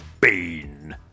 Bean